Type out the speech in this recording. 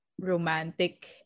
romantic